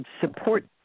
support